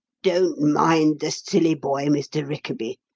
don't mind the silly boy, mr. rickaby.